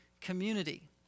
community